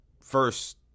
first